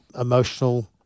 emotional